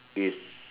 is